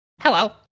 Hello